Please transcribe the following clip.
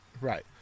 Right